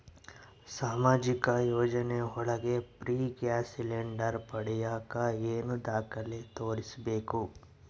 ಸಾಮಾಜಿಕ ಯೋಜನೆ ಒಳಗ ಫ್ರೇ ಗ್ಯಾಸ್ ಸಿಲಿಂಡರ್ ಪಡಿಯಾಕ ಏನು ದಾಖಲೆ ತೋರಿಸ್ಬೇಕು?